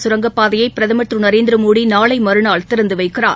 சுரங்கப்பாதையைபிரதம் திருநரேந்திரமோடிநாளைமறுநாள் திறந்துவைக்கிறார்